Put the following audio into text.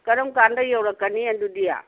ꯀꯔꯝ ꯀꯥꯟꯗ ꯌꯧꯔꯛꯀꯅꯤ ꯑꯗꯨꯗꯤ